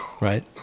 Right